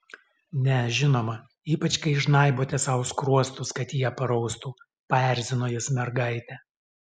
ne žinoma ypač kai žnaibote sau skruostus kad jie paraustų paerzino jis mergaitę